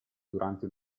durante